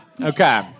Okay